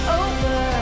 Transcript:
over